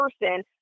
person